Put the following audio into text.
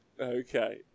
Okay